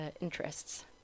interests